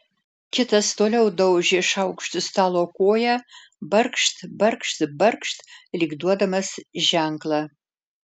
kitas toliau daužė šaukštu stalo koją barkšt barkšt barkšt lyg duodamas ženklą